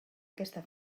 aquesta